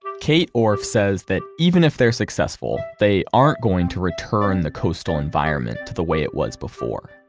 kate orff says that even if they're successful, they aren't going to return the coastal environment to the way it was before.